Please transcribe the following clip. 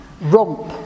romp